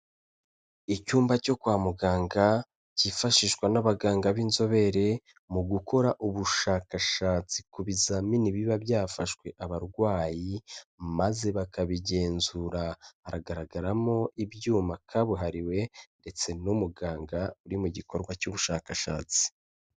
Icyumba cyo kwa muganga kifashishwa n'abaganga b'inzobere mu gukora ubushakashatsi ku bizamini biba byafashwe abarwayi maze bakabigenzura, hagaragaramo ibyuma kabuhariwe ndetse n'umuganga uri mu gikorwa cy'ubushakashatsi.